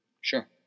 Sure